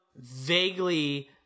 vaguely